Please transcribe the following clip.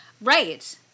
Right